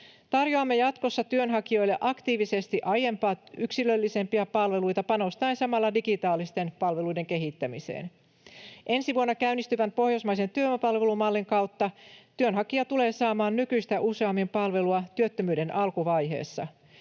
tarjoamme työnhakijoille aktiivisesti aiempaa yksilöllisempiä palveluita panostaen samalla digitaalisten palveluiden kehittämiseen. Ensi vuonna käynnistyvän pohjoismaisen työvoimapalvelumallin kautta työnhakija tulee saamaan nykyistä useammin palvelua työttömyyden alkuvaiheessa.